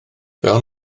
fel